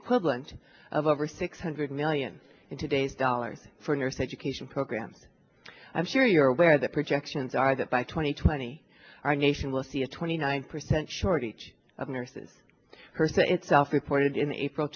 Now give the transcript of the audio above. equivalent of over six hundred million in today's dollars for nurse education programs i'm sure you're aware the projections are that by two thousand and twenty our nation will see a twenty nine percent shortage of nurses her say itself reported in april